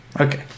Okay